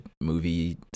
movie